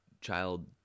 child